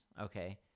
Okay